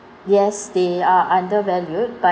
yes they are undervalued but